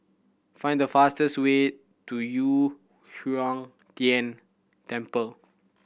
find the fastest way to Yu Huang Tian Temple